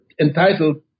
entitled